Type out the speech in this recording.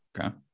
Okay